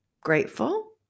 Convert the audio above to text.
grateful